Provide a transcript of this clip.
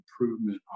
improvement